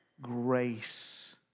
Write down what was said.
grace